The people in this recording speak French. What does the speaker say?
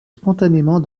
spontanément